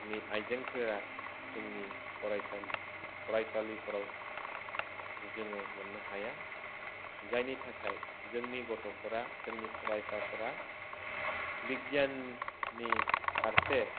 नि आइजेंफोरा जोंनि फराइसालि फराइसालिफोराव जोङो मोन्नो हाया जायनि थाखाय जोंनि गथ'फोरा जोंनि फराइसाफोरा बिगियाननि फारसे